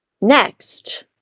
Next